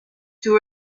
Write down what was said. two